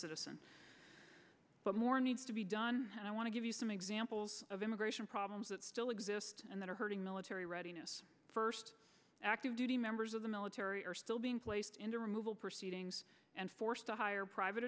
citizen but more needs to be done and i want to give you some examples of immigration problems that still exist and that are hurting military readiness first active duty members of the military are still being placed into removal proceedings and forced to hire private